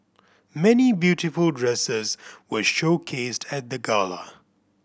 many beautiful dresses were showcased at the gala